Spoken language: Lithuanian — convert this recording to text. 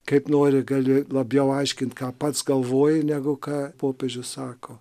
kaip nori gali labiau aiškint ką pats galvoji negu ką popiežius sako